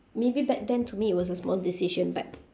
maybe back then to me it was a small decision but